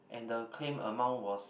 and the claim amount was